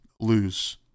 lose